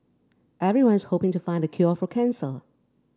everyone's hoping to find the cure for cancer